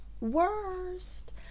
worst